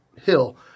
hill